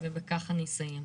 ובכך אני אסיים,